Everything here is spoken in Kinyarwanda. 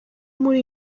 muri